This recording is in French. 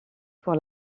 pour